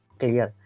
clear